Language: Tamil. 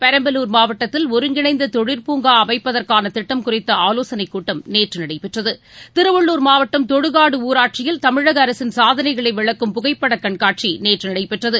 பெரம்பலூர் மாவட்டத்தில் ஒருங்கிணைந்த தொழிற்பூங்கா அமைப்பதற்கான திட்டம் குறித்த ஆலோசனைக் கூட்டம் நேற்று நடைபெற்றது திருவள்ளூர் மாவட்டம் தொடுகாடு ஊராட்சியில் தமிழக அரசின் சாதனைகளை விளக்கும் புகைப்பட கண்காட்சி நேற்று நடைபெற்றது